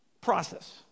process